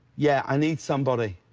yeah. i need somebody.